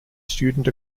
student